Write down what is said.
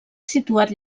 situat